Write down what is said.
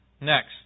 Next